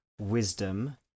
Wisdom